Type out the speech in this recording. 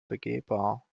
begehbar